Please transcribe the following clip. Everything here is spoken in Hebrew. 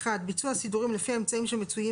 (1)ביצוע הסידורים לפי האמצעים שמצויים